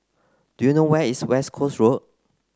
do you know where is West Coast Road